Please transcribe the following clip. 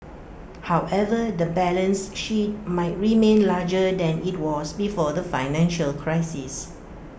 however the balance sheet might remain larger than IT was before the financial crisis